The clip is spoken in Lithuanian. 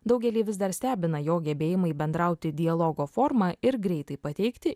daugelį vis dar stebina jo gebėjimai bendrauti dialogo forma ir greitai pateikti